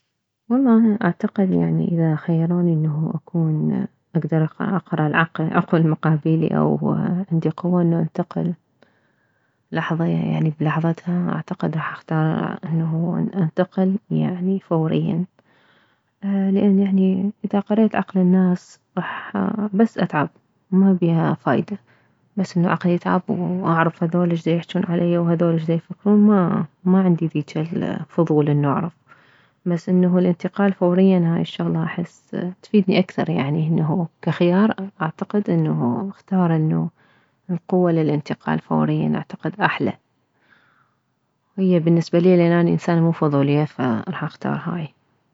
والله اعتقد يعني اذا خيروني انه اكون اكدر اقره عقل عقول المقابيلي او عندي قوة انه انتقل لحظية يعني بلحظتها اعتقد راح اختار انه انتقل يعني فوريا لانه يعني اذا قريت عقل الناس راح بس اتعب وما بيها فايدة بس انو عقلي يتعب واعرف هذوله شديحجون عليا وهذول شديفكرون ما ماعندي ذيج الفضول انه اعرف بس انه الانتقال فوريا هاي الشغلة احس تفيدني اكثر يعني انه فكخيار اختار انه القوة للانتقال فوريا اعتقد احلى وهي بالنسبة الي لان اني انسانة مو فضولية راح اختار هاي